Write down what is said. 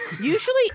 Usually